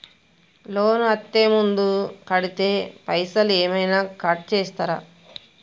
Loan అత్తే ముందే కడితే పైసలు ఏమైనా కట్ చేస్తరా?